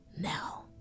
Now